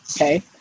Okay